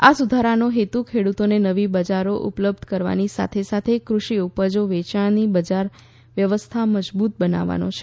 આ સુધારાનો હેતુ ખેડૂતોને નવી બજારો ઉપલબ્ધ કરાવવાની સાથે સાથે કૃષિ ઉપજો વેચાણની બજાર વ્યવસ્થા મજબૂત બનાવવાનો છે